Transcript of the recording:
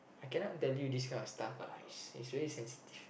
I cannot tell you this kind of stuffs ah it's it's very sensitive